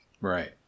Right